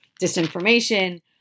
disinformation